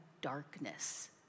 darkness